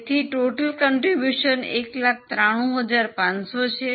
તેથી કુલ ફાળો 193500 છે